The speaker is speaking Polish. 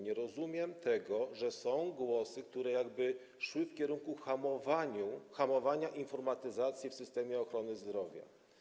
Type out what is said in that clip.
Nie rozumiem tego, że były głosy, które jakby szły w kierunku hamowania informatyzacji w systemie ochrony zdrowia.